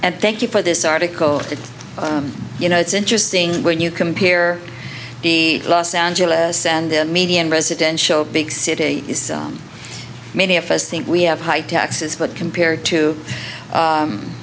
and thank you for this article that you know it's interesting when you compare the los angeles and median residential big city many of us think we have high taxes but compared to